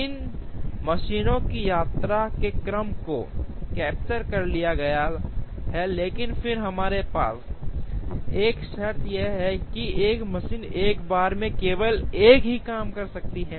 इन मशीनों की यात्रा के क्रम को कैप्चर कर लिया गया है लेकिन फिर हमारे पास एक शर्त यह है कि एक मशीन एक बार में केवल एक ही काम कर सकती है